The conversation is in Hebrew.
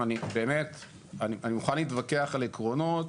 אני מוכן להתווכח על עקרונות.